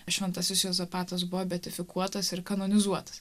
šventasis juozapatas buvo beatifikuotas ir kanonizuotas